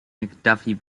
mcduffie